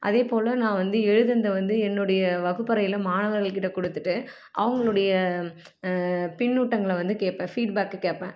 அதேபோல் நான் வந்து எழுதினத வந்து என்னுடைய வகுப்பறையில் மாணவர்கள்க்கிட்ட கொடுத்துட்டு அவங்களுடைய பின்னூட்டங்களை வந்து கேட்பேன் ஃபீட்பேக்கை கேட்பேன்